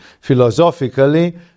philosophically